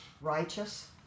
righteous